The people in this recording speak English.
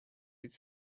with